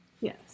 Yes